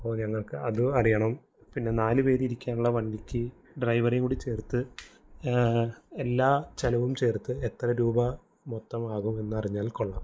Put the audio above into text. അപ്പോള് ഞങ്ങള്ക്ക് അതും അറിയണം പിന്നെ നാലുപേരിരിക്കാനുള്ള വണ്ടിക്ക് ഡ്രൈവറെയും കൂടി ചേർത്ത് എല്ലാ ചെലവും ചേർത്ത് എത്ര രൂപ മൊത്തമാകുമെന്നറിഞ്ഞാൽ കൊള്ളാം